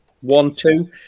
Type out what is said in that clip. one-two